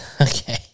Okay